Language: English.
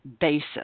basis